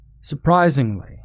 Surprisingly